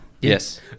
Yes